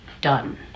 done